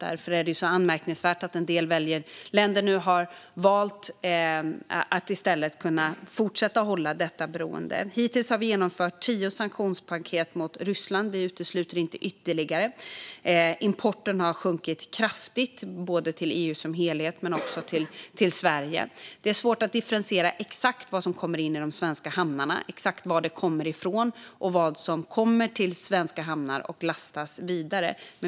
Därför är det anmärkningsvärt att en del länder nu har valt att i stället fortsätta med detta beroende. Hittills har vi genomfört tio sanktionspaket mot Ryssland, och vi utesluter inte ytterligare sådana. Importen har sjunkit kraftigt både till EU som helhet och till Sverige. Det är svårt att differentiera exakt vad som kommer in i de svenska hamnarna, exakt var det kommer ifrån och vad som kommer till svenska hamnar och lastas vidare.